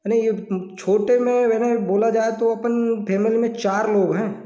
नहीं ये छोटे में यानि बोला जाए तो हम फ़ैमिली में चार लोग हैं